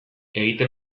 egiten